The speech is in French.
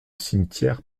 cimetière